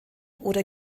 oder